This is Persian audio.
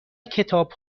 کتاب